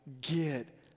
get